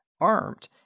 armed